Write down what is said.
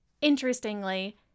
interestingly